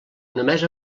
només